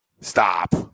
Stop